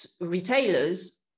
retailers